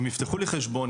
הם יפתחו לי חשבון,